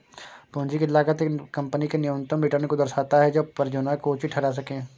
पूंजी की लागत एक कंपनी के न्यूनतम रिटर्न को दर्शाता है जो परियोजना को उचित ठहरा सकें